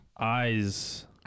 Eyes